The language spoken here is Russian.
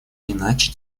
иначе